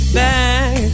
back